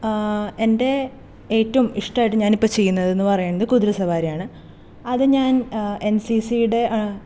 എൻ്റെ ഏറ്റോം ഇഷ്ടമായിട്ട് ഞാനിപ്പോൾ ചെയ്യുന്നത് എന്ന് പറയണത് കുതിരസവാരിയാണ് അത് ഞാൻ എൻ സി സിടെ